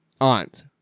Aunt